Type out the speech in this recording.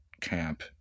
camp